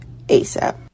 asap